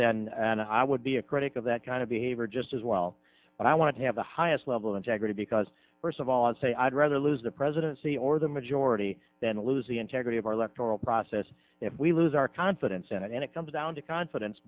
then and i would be a critic of that kind of behavior just as well but i want to have the highest level of integrity because first of all i'd say i'd rather lose the presidency or the majority than lose the integrity of our electoral process if we lose our confidence in it and it comes down to confidence